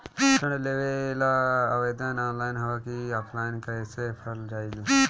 ऋण लेवेला आवेदन ऑनलाइन होई की ऑफलाइन कइसे भरल जाई?